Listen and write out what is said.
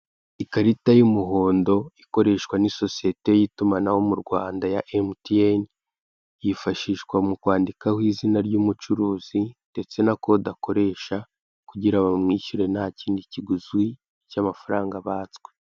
Ikarita y'umuhondo ikoreshwa n'isosiyete y'itumanaho mu Rwanda ya emutiyene yifashishwa mu kwandikaho izina ry'umucuruzi ndetse na kode akoresha kugira bamwishyure ntakindi kiguzi cy'amafaranga batswe.